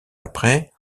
après